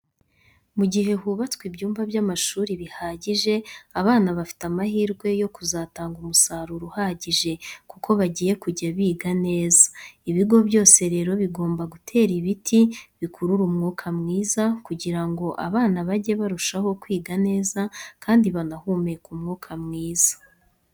Mu gihe hubatswe ibyumba by'amashuri bihagije, abana bafite amahirwe yo kuzatanga umusaruro uhagije kuko bagiye kujya biga neza. Ibigo byose rero bigomba kutera ibiti bikurura umwuka mwiza kugira ngo abana bajye barushaho kwiga neza kandi banahumeka umwuka mwiza.